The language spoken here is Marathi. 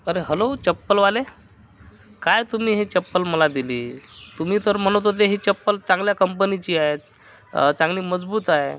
अरे हलो चप्पलवाले काय तुम्ही ही चप्पल मला दिली तुमी तर म्हणत होते ही चप्पल चांगल्या कंपनीची आहे चांगली मजबूत आहे